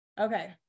Okay